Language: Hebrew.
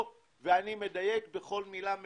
יש חברים נוספים שהיו, ואני מדייק בכל מילה ומילה.